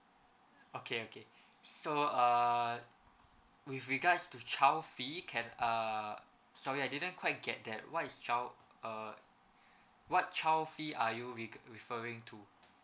okay okay so err with regards to child fee can err sorry I didn't quite get that what is child uh what child fee are you veg~ referring to